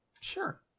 Sure